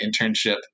internship